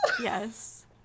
Yes